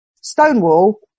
Stonewall